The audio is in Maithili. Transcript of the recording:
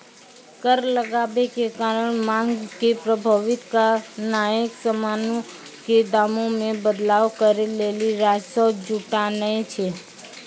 कर लगाबै के कारण मांग के प्रभावित करनाय समानो के दामो मे बदलाव करै लेली राजस्व जुटानाय छै